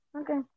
okay